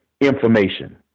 information